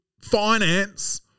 finance